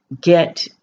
get